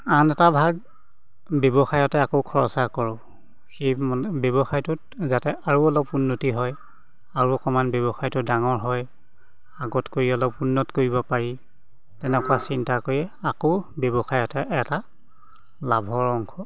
আন এটা ভাগ ব্যৱসায়তে আকৌ খৰচা কৰোঁ সেই মানে ব্যৱসায়টোত যাতে আৰু অলপ উন্নতি হয় আৰু অকমান ব্যৱসায়টো ডাঙৰ হয় আগতকৈ অলপ উন্নত কৰিব পাৰি তেনেকুৱা চিন্তা কৰিয়েই আকৌ ব্যৱসায় এটা লাভৰ অংশ